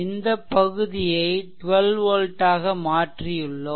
இந்த பகுதியை 12 வோல்ட் ஆக மாற்றியுள்ளோம்